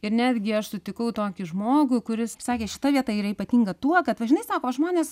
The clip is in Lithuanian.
ir netgi aš sutikau tokį žmogų kuris sakė šita vieta yra ypatinga tuo kad va žinai sako žmonės